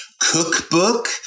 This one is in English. cookbook